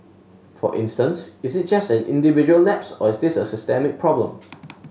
for instance is it just an individual lapse or is this a systemic problem